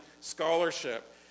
scholarship